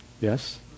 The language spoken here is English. Yes